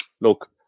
Look